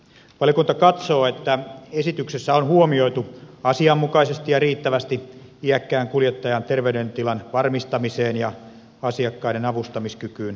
valiokunta katsoo että esityksessä on huomioitu asianmukaisesti ja riittävästi iäkkään kuljettajan terveydentilan varmistamiseen ja asiakkaiden avustamiskykyyn liittyvät kysymykset